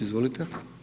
Izvolite.